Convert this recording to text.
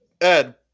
Ed